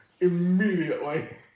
immediately